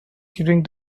during